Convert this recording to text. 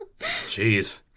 Jeez